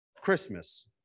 Christmas